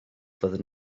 fyddwn